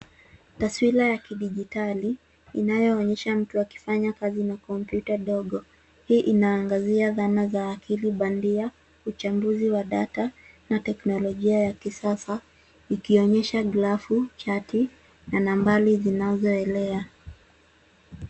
Taswira ya kidigitali inayoonyesha mtu akifanya kazi na kompyuta ndogo. Hii inaangazia dhana za akili bandia, uchambuzi wa data na teknolojia ya kisasa ikionyesha glavu, chati na nambari zinazoelea.